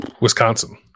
Wisconsin